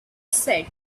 said